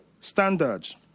standards